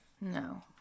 No